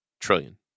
trillion